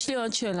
יש לי עוד שאלה.